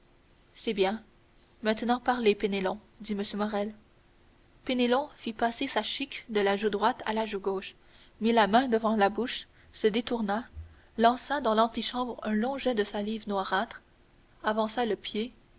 c'est bien maintenant parlez penelon dit m morrel penelon fit passer sa chique de la joue droite à la joue gauche mit la main devant la bouche se détourna lança dans l'antichambre un long jet de salive noirâtre avança le pied